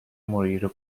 morire